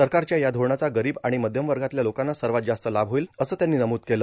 सरकारच्या या धोरणाचा गरीब आणि मध्यमवर्गातल्या लोकांना सर्वात जास्त लाभ होईल असं त्यांनी नमूद केलं